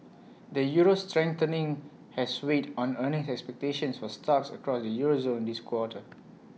the euro's strengthening has weighed on earnings expectations for stocks across the euro zone this quarter